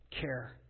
care